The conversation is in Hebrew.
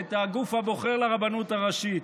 את הגוף הבוחר לרבנות הראשית.